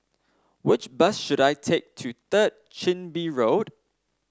which bus should I take to Third Chin Bee Road